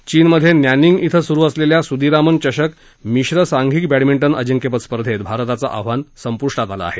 चीनमध्ये नॅनिंग इथं सुरू असलेल्या सुदीरामन चषक मिश्र सांधिक बॅडमिंजे अजिंक्यपद स्पर्धेत भारताचं आव्हान संपुष्टात आलं आहे